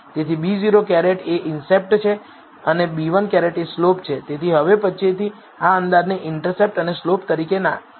તેથી β̂₀ એ ઇન્ટરસેપ્ટ છે અને β̂1 એ સ્લોપ છે તેથી હવે પછીથી આ અંદાજને ઇન્ટરસેપ્ટ અને સ્લોપ તરીકે ઓળખવામાં આવશે